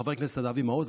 חבר הכנסת אבי מעוז,